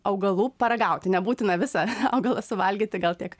augalų paragauti nebūtina visą augalą suvalgyti gal tiek